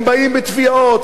הם באים בתביעות,